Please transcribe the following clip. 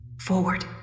Forward